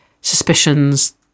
suspicions